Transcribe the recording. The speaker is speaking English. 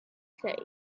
say